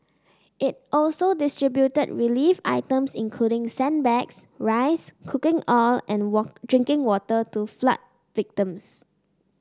it also distributed relief items including sandbags rice cooking oil and walk drinking water to flood victims